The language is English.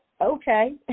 okay